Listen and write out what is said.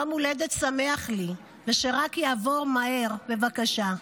יום הולדת "שמח" לי, ושרק יעבור מהר, בבקשה.